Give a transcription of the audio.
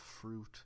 fruit